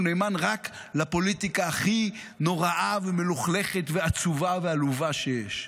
הוא נאמן רק לפוליטיקה הכי נוראה ומלוכלכת ועצובה ועלובה שיש.